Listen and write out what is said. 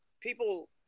people